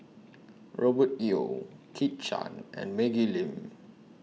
Robert Yeo Kit Chan and Maggie Lim